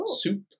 soup